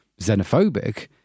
xenophobic